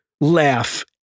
laugh